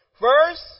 First